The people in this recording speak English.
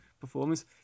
performance